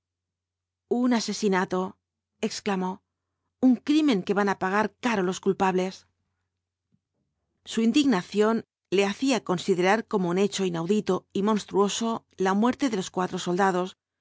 un asesinato exclamó un crimen que van á pagar caro los culpables su indignación le hacía considerar como un hecho inaudito y monstruoso la muerte de los cuatro soldados